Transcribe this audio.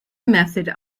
method